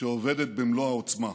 שעובדת במלוא העוצמה.